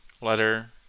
letter